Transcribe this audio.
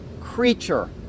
creature